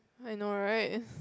I know right